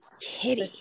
Kitty